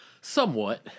Somewhat